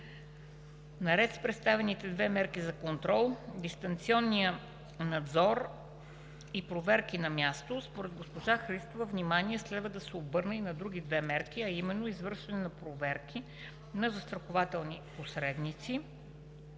Наред с представените две мерки за контрол – дистанционен надзор и проверки на място, според госпожа Христова внимание следва да се обърне и на други две мерки, а именно: извършване на проверки на застрахователни посредници